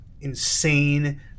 insane